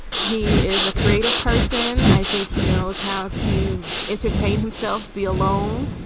he is a creative person. i think he knows how to entertain himself, be alone.